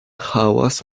hałas